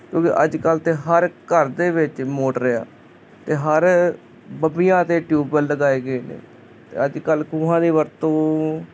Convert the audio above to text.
ਕਿਉਂਕਿ ਅੱਜ ਕੱਲ੍ਹ ਤੇ ਹਰ ਘਰ ਦੇ ਵਿੱਚ ਮੋਟਰ ਇਆ ਤੇ ਹਰ ਬੰਬੀਆਂ ਤੇ ਟਿਊਬਵੈਲ ਲਗਾਏ ਗਏ ਨੇ ਅੱਜ ਕੱਲ੍ਹ ਖੂਹਾਂ ਦੀ ਵਰਤੋਂ